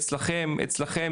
אצלכם או אצלכם,